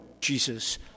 Jesus